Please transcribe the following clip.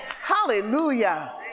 Hallelujah